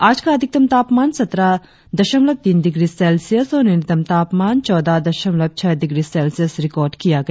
आज का अधिकतम तापमान सत्रह दशमलव तीन डिग्री सेल्सियस और न्यूनतम तापमान चौदह दशमलव छह डिग्री सेल्सियस रिकार्ड किया गया